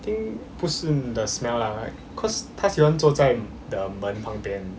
I think 不是 the smell lah cause 它喜欢坐在 the 门旁边